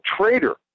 traitor